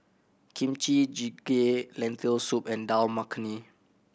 Kimchi Jjigae Lentil Soup and Dal Makhani